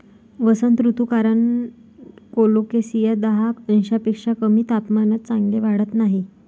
वसंत ऋतू कारण कोलोकेसिया दहा अंशांपेक्षा कमी तापमानात चांगले वाढत नाही